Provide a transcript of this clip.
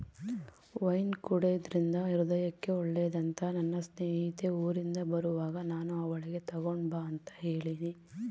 wine ಕುಡೆದ್ರಿಂದ ಹೃದಯಕ್ಕೆ ಒಳ್ಳೆದಂತ ನನ್ನ ಸ್ನೇಹಿತೆ ಊರಿಂದ ಬರುವಾಗ ನಾನು ಅವಳಿಗೆ ತಗೊಂಡು ಬಾ ಅಂತ ಹೇಳಿನಿ